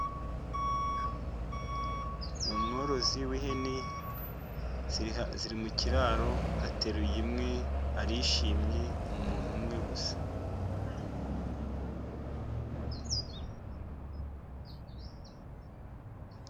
Ni umworozi w'ihene, ziri mu kiraro, ateruye imwe, arishimye, ni umuntu umwe gusa.